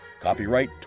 Copyright